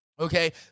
Okay